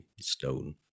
stone